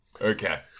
Okay